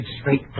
straight